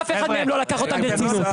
אף אחד לא לקח אותם ברצינות.